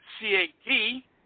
C-A-T